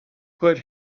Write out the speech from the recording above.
put